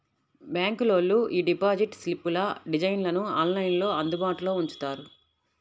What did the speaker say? బ్యాంకులోళ్ళు యీ డిపాజిట్ స్లిప్పుల డిజైన్లను ఆన్లైన్లో అందుబాటులో ఉంచుతారు